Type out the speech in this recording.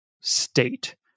state